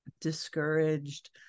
discouraged